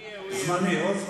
הוא יהיה, הוא יהיה.